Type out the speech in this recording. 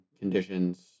conditions